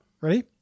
Ready